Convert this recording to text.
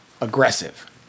aggressive